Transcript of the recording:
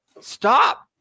Stop